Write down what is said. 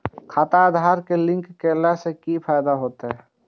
खाता आधार से लिंक केला से कि फायदा होयत?